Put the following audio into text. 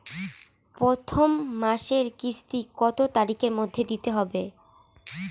প্রথম মাসের কিস্তি কত তারিখের মধ্যেই দিতে হবে?